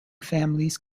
families